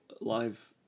live